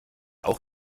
auch